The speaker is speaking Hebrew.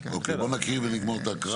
בוא נקריא ונגמור את ההקראה.